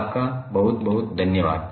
आपको बहुत बहुत धन्यवाद